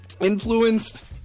Influenced